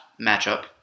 matchup